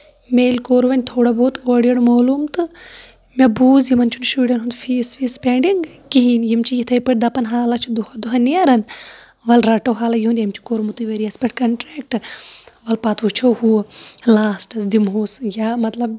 مےٚ ییٚلہِ کوٚر وۄنۍ تھوڑا بہت اورٕ یورٕ معلوٗم تہٕ مےٚ بوٗز یِمن چھُنہٕ شُرٮ۪ن ہُند فیٖس ویٖس پینڈِنگ کِہینۍ یِم چھِ یِتھٕے پٲٹھۍ دپان حالہ چھُ دۄہا دوہا نیران وَلہٕ رَٹو حالہ یُہنٛد أمۍ چھُ کورمُتُے ؤرۍ یَس پٮ۪ٹھ کَنٹریکٹ ولہٕ پَتہٕ وُچھو ہُہ لاسٹَس دِمہووس یا مطلب